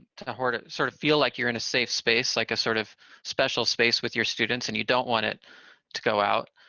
to hoard sort of feel like you're in a safe space, like a sort of special space with your students, and you don't want it to go out.